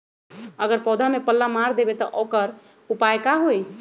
अगर पौधा में पल्ला मार देबे त औकर उपाय का होई?